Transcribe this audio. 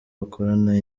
bakorana